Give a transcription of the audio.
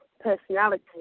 personality